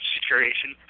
Situation